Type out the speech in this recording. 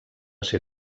ser